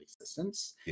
existence